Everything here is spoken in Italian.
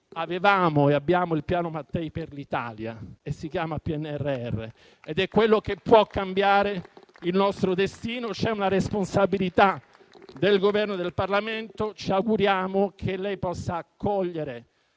avevamo e abbiamo il piano Mattei per l'Italia: si chiama PNRR ed è quello che può cambiare il nostro destino. C'è una responsabilità del Governo e del Parlamento e ci auguriamo che lei possa accogliere